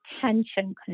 tension